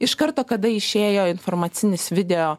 iš karto kada išėjo informacinis video